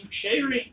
sharing